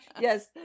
yes